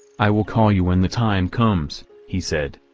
i will call you when the time comes he said.